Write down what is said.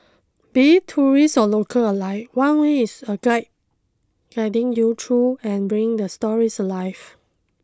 be it tourists or locals alike one way is a guide guiding you through and bringing the stories alive